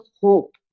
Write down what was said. hope